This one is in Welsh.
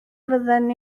fydden